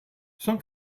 cent